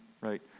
right